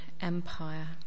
Empire